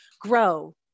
grow